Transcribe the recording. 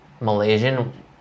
Malaysian